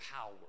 power